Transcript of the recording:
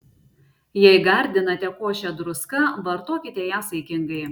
jei gardinate košę druska vartokite ją saikingai